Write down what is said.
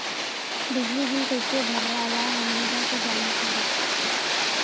बिजली बिल कईसे भराला हमरा के जाने के बा?